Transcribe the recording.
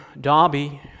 Dobby